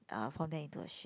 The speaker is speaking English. uh form them into a shape